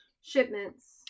shipments